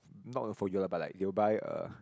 not you lah but like they'll buy uh